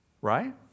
right